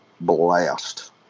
blast